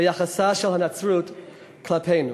ביחסה של הנצרות כלפינו: